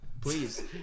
Please